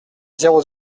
zéro